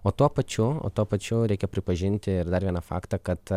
o tuo pačiu o tuo pačiu reikia pripažinti ir dar vieną faktą kad